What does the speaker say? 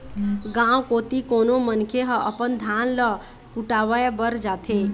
गाँव कोती कोनो मनखे ह अपन धान ल कुटावय बर जाथे